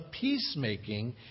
peacemaking